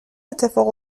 اتفاق